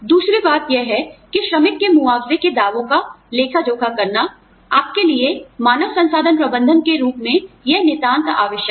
दूसरी बात यह है कि श्रमिक के मुआवजे के दावों का लेखा जोखा करना आपके लिए मानव संसाधन प्रबंधक के रूप में यह नितांत आवश्यक है